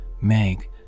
Meg